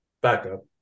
backup